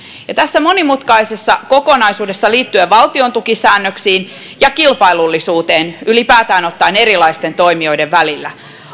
tässä monimutkaisessa kokonaisuudessa liittyen valtiontukisäännöksiin ja kilpailullisuuteen ylipäätään ottaen erilaisten toimijoiden välillä